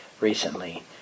recently